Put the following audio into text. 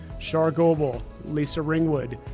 char gobel, lisa ringwood,